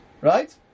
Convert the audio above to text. Right